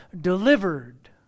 delivered